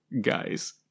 Guys